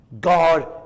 God